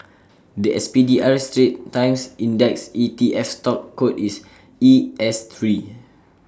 The S P D R straits times index E T F stock code is E S Three